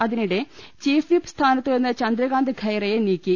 അതിനിടെ ചീഫ്വിപ്പ് സ്ഥാനത്തുനിന്ന് ചന്ദ്രകാന്ത് ഖൈറയെ നീക്കി